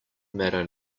matter